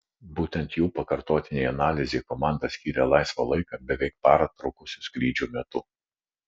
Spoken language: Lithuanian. būtent jų pakartotinei analizei komanda skyrė laisvą laiką beveik parą trukusių skrydžių metu